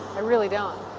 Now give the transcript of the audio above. i really don't.